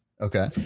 Okay